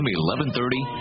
1130